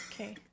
Okay